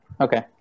okay